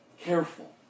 careful